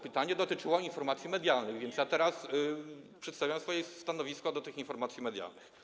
Pytanie dotyczyło informacji medialnych, więc teraz przedstawiam swoje stanowisko odnośnie do informacji medialnych.